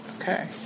Okay